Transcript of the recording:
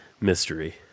mystery